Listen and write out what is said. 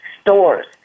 stores